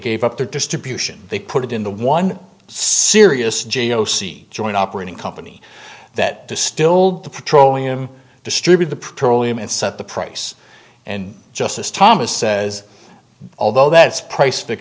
gave up their distribution they put it in the one serious g o c joint operating company that distilled the petroleum distribute the proly and set the price and justice thomas says although that is price